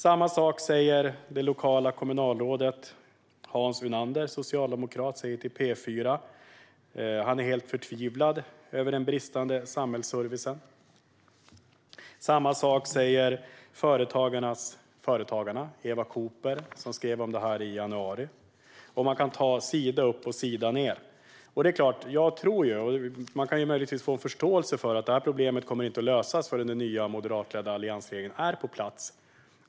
Samma sak säger det lokala kommunalrådet, Hans Unander - socialdemokrat - till P4. Han är helt förtvivlad över den bristande samhällsservicen. Samma sak säger Eva Cooper från Företagarna som skrev om detta i januari. Man kan läsa sida upp och sida ned om detta. Man kan möjligtvis ha förståelse för att det här problemet inte kommer att lösas förrän den nya moderatledda alliansregeringen är på plats.